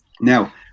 now